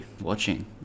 watching